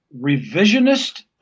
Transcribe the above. revisionist